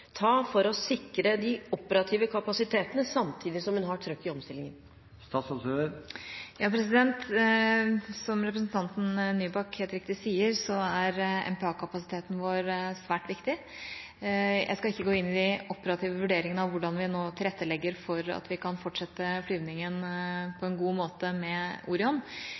ta for å sikre de operative kapasitetene samtidig som hun har trøkk i omstillingen? Som representanten Nybakk helt riktig sier, er MPA-kapasiteten vår svært viktig. Jeg skal ikke gå inn i de operative vurderingene av hvordan vi nå tilrettelegger for at vi kan fortsette flyvningen på en god måte med